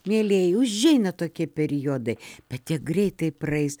mielieji užeina tokie periodai bet jie greitai praeis